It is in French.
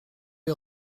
est